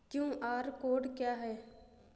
QR code क्या है?